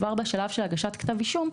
כבר בשלב של הגשת כתב אישום,